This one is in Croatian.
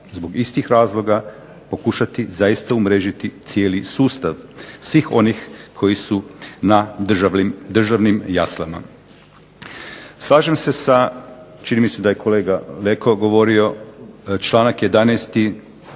zbog istih razloga pokušati zaista umrežiti cijeli sustav, svih onih koji su na državnim jaslama. Slažem se sa, čini mi se da je kolega Leko govorio, članak 11.